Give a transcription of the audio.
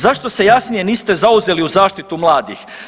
Zašto se jasnije niste zauzeli u zaštitu mladih?